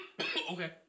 Okay